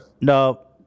no